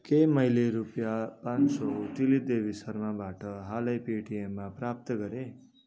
के मैले रुपियाँ पाँच सौ तिलीदेवी शर्माबाट हालै पेटिएममा प्राप्त गरेँ